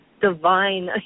divine